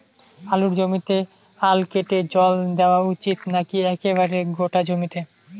আলুর জমিতে আল কেটে জল দেওয়া উচিৎ নাকি একেবারে গোটা জমিতে?